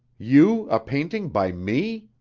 you, a painting by me?